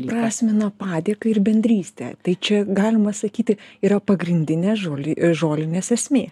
prasmina padėką ir bendrystę tai čia galima sakyti yra pagrindinė žolių žolinės esmė